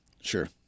Sure